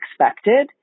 expected